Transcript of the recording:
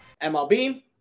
MLB